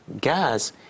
gas